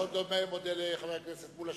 אני מאוד מודה לחבר הכנסת מולה,